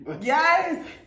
Yes